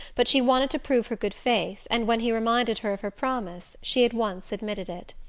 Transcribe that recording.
but she wanted to prove her good faith, and when he reminded her of her promise she at once admitted it.